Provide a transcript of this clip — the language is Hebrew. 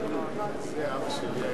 זה פריימריז.